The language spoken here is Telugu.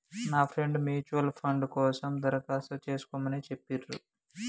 నా ఫ్రెండు ముచ్యుయల్ ఫండ్ కోసం దరఖాస్తు చేస్కోమని చెప్పిర్రు